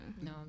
No